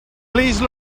please